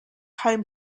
home